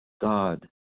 God